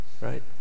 right